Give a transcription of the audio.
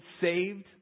saved